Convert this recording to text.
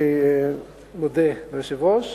אני מודה ליושב-ראש,